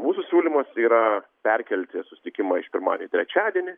mūsų siūlymas yra perkelti susitikimą iš pirmadienio į trečiadienį